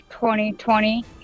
2020